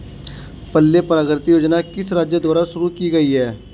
पल्ले प्रगति योजना किस राज्य द्वारा शुरू की गई है?